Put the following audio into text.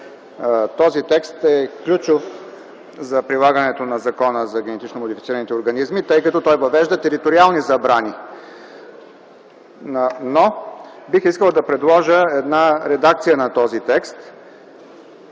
Този текст е ключов за прилагането на Закона за генетично модифицираните организми, тъй като той въвежда териториални забрани. Но бих искал да предложа една редакция на този текст,